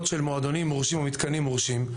של מועדונים מורשים או מתקנים מורשים,